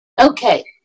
Okay